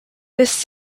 this